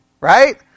right